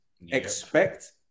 expect